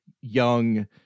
young